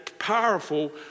powerful